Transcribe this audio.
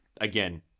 again